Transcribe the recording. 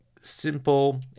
simple